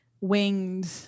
winged